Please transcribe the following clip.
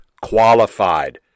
qualified